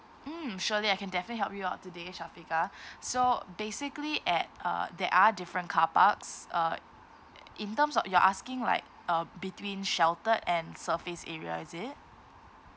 mm surely I can definitely help you out today shafiqah so basically at uh there are different carparks uh in terms of you're asking like uh between sheltered and surface area is it